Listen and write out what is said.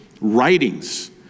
writings